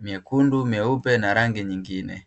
mekundu, meupe na rangi nyingine.